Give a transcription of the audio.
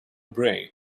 brain